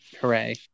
Hooray